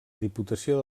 diputació